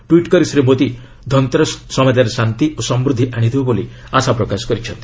tweet କରି ଶ୍ରୀ ମୋଦି ଧନ୍ତେରସ୍ ସମାଜରେ ଶାନ୍ତି ଓ ସମୃଦ୍ଧି ଆଣିଦେଉ ବୋଲି ଆଶା ପ୍ରକାଶ କରିଛନ୍ତି